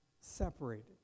Separated